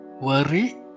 worry